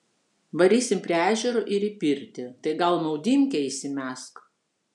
varysim prie ežero ir į pirtį tai gal maudymkę įsimesk